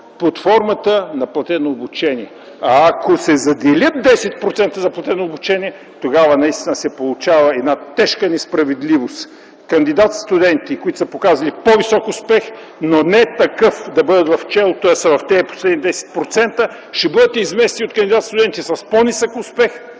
под формата на платено обучение. А ако се заделят 10% за платено обучение, тогава наистина се получава една тежка несправедливост – кандидат-студенти, които са показали по-висок успех, но не такъв да бъдат в челото, а да са в последните 10%, ще бъдат изместени от кандидат-студенти с по-нисък успех,